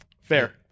Fair